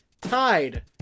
Tied